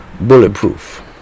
Bulletproof